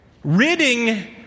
ridding